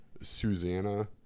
Susanna